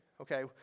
okay